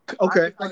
Okay